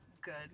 good